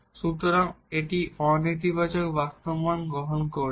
সুতরাং এটি অ নেতিবাচক বাস্তব মান গ্রহণ করছে